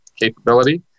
capability